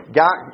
got